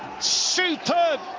Superb